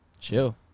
Chill